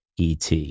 ET